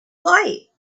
light